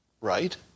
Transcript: right